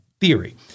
theory